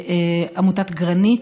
לעמותת גרנית,